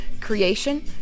creation